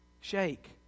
shake